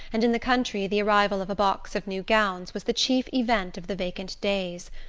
and in the country the arrival of a box of new gowns was the chief event of the vacant days.